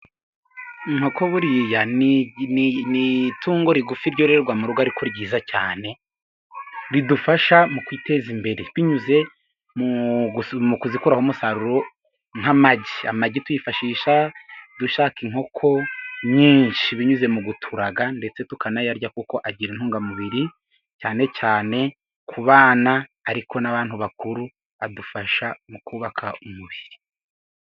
Inkoko buriya n'itungo rigufi ryororerwa mu rugo ariko ryiza cyane, ridufasha mu kwiteza imbere binyuze mu kuzikuramo umusaruro nk'amagi, amagi tuyifashisha dushaka inkoko nyinshi binyuze mu guturaga, ndetse tukanayarya kuko agira intungamubiri cyane ,cyane ku bana ariko n'abantu bakuru adufasha mu kubaka umubiri.